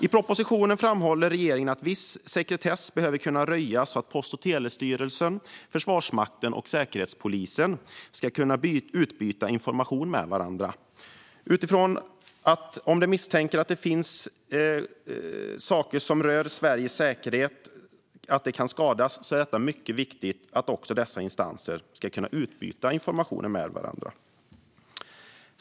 I propositionen framhåller regeringen att viss sekretess behöver kunna röjas så att Post och telestyrelsen, Försvarsmakten och Säkerhetspolisen ska kunna utbyta information med varandra. Utifrån att misstankar finns att rikets säkerhet kan skadas är det mycket viktigt att dessa instanser ska kunna utbyta information med varandra.